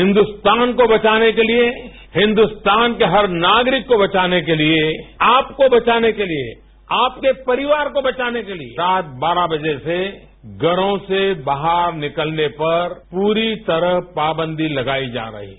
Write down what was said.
हिन्दुस्तान को बचाने के लिए हिन्दुस्तान के हर नागरिक को बचाने के लिए आपको बचाने के लिए आपके परिवार को बचाने के लिए रात बारह बर्ज से घरों से बाहर निकलने पर पूरी तरह पाबन्दी लगाई जा रही है